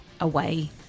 Away